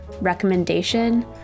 recommendation